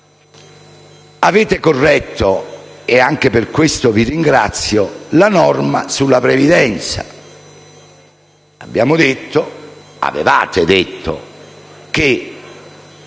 Avete corretto, e anche per questo vi ringrazio, la norma sulla previdenza. Avevate detto che